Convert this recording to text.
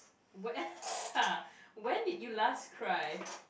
when did you last cry